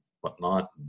whatnot